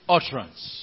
Utterance